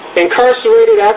incarcerated